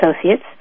Associates